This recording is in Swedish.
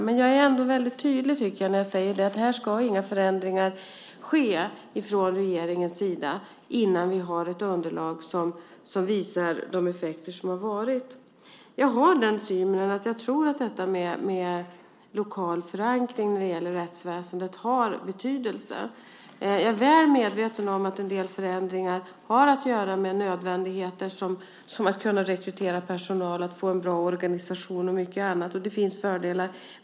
Jag tycker ändå att jag är väldigt tydlig när jag säger att inga förändringar ska ske från regeringens sida innan vi har ett underlag som visar vilka effekterna har varit. Jag har den synen att jag tror att lokal förankring när det gäller rättsväsendet har betydelse. Jag är väl medveten om att en del förändringar har att göra med nödvändigheter som att kunna rekrytera personal, att få en bra organisation och mycket annat. Och det finns fördelar.